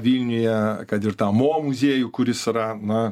vilniuje kad ir tą mo muziejų kuris yra na